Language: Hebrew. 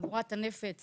חגורת הנפץ